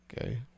Okay